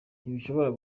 ntigishobora